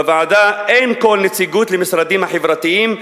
בוועדה אין כל נציגות למשרדים החברתיים,